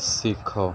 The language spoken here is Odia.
ଶିଖ